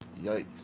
Yikes